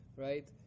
right